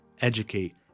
educate